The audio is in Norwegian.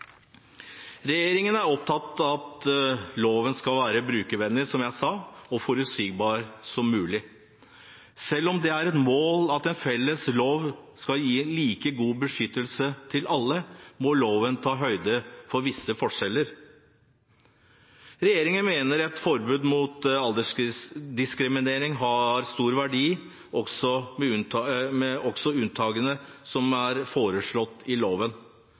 Regjeringen er opptatt av at loven skal være brukervennlig, som jeg sa, og så forutsigbar som mulig. Selv om det er et mål at en felles lov skal gi like god beskyttelse til alle, må loven ta høyde for visse forskjeller. Regjeringen mener et forbud mot aldersdiskriminering har stor verdi, også med unntakene som er foreslått.